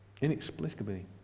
inexplicably